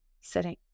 sitting